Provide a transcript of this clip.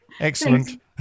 Excellent